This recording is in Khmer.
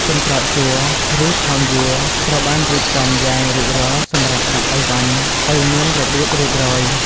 កន្ត្រកជ័រ ឬថង់យួរត្រូវបានរៀបចំយ៉ាងរួចរាល់សម្រាប់ដាក់ឥវ៉ាន់ឱ្យមានរបៀបរៀបរយ។